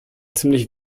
ziemlich